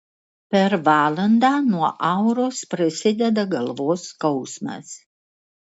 per valandą nuo auros prasideda galvos skausmas